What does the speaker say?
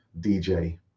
dj